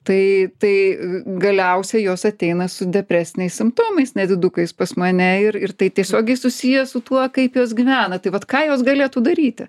tai tai galiausiai jos ateina su depresiniais simptomais nedidukais pas mane ir ir tai tiesiogiai susiję su tuo kaip jos gyvena tai vat ką jos galėtų daryti